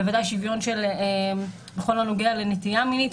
בוודאי שוויון בכל הנוגע לנטייה מינית.